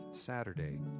Saturday